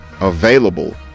available